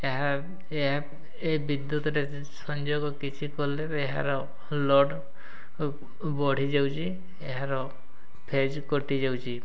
ଏହା ଏହା ଏ ବିଦ୍ୟୁତରେ ସଂଯୋଗ କିଛି କଲେ ଏହାର ଲୋଡ଼୍ ବଢ଼ିଯାଉଛି ଏହାର ଫେଜ୍ କଟିଯାଉଛି